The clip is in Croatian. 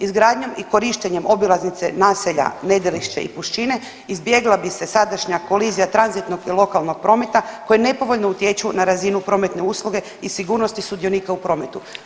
Izgradnjom i korištenjem obilaznice naselja Nedelišća i Pušćine izbjegla bi se sadašnja kolizija tranzitnog i lokalnog prometa koji nepovoljnu utječu na razinu prometne usluge i sigurnosti sudionika u prometu.